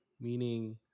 Meaning